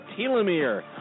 telomere